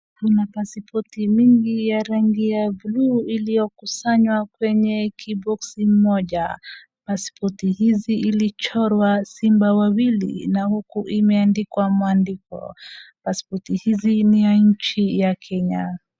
Kuna pasipoti mingi ya rangi ya buluu iliokusanywa kwenye kiboksi moja. Pasipoti hizi ilichorwa simba wawili na uku imeandikwa mwandiko. Pasipoti hizi ni ya nchi ya Kenya.